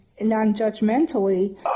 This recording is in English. non-judgmentally